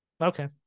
Okay